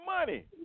money